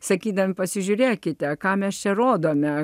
sakydami pasižiūrėkite ką mes čia rodome